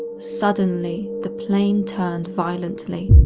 suddenly, the plane turned violently.